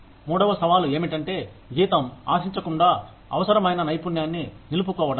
మూడవ సవాలు ఏమిటంటే జీతం ఆశించకుండా అవసరమైన నైపుణ్యాన్ని నిలుపుకోవడం